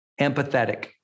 empathetic